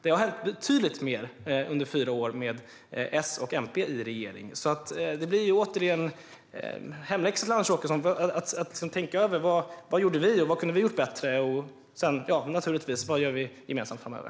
Det har hänt betydligt mer under fyra år med S och MP i regeringen, så det blir ännu en hemläxa för Anders Åkesson att tänka över: Vad gjorde vi, och vad hade vi kunnat göra bättre? Och naturligtvis också: Vad gör vi gemensamt framöver?